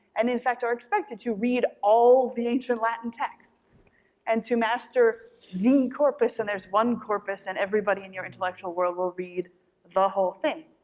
and in fact are expected to read all the ancient latin texts and to master the corpus, and there's one corpus and everybody in your intellectual world will read the whole thing.